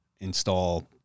install